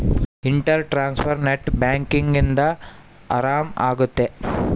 inter transfer net banking ಇಂದ ಆರಾಮ ಅಗುತ್ತ